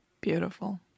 beautiful